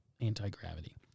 anti-gravity